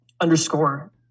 underscore